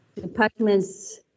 departments